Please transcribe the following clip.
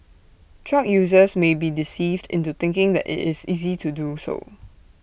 drug users might be deceived into thinking that IT is easy to do so